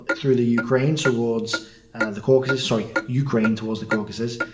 through the ukraine towards the caucasus, sorry, ukraine towards the caucasus,